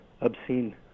obscene